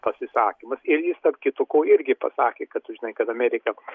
pasisakymas ir jis tarp kitko irgi pasakė kad tu žinai kad amerika